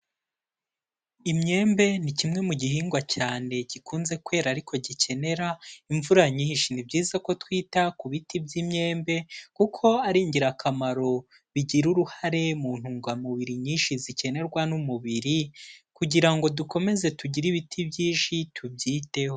Imyembe ni kimwe mu gihingwa cyane gikunze kwera ariko gikenera imvura nyinshi. Ni byiza ko twita ku biti by'imyembe kuko ari ingirakamaro, bigira uruhare mu ntungamubiri nyinshi zikenerwa n'umubiri kugira ngo dukomeze tugire ibiti byinshi, tubyiteho.